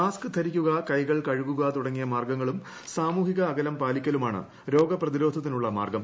mask ധരിക്കുക കൈകൾ കഴുകുക തുടങ്ങിയ മാർഗ്ഗങ്ങളും സാമൂഹിക അകലം പാലിക്കലുമാണ് രോഗ പ്രതിരോധത്തിനുള്ള മാർഗ്ഗം